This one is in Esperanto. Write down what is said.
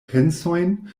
pensojn